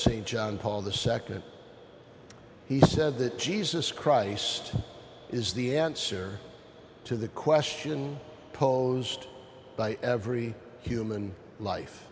st john paul the nd he said that jesus christ is the answer to the question posed by every human life